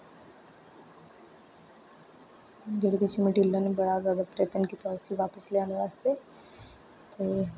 जेह्ड़ा कुछ मटिलड़ा ने बड़ा जादा प्रयत्न कीता उसी बापस लेई आने बास्तै ते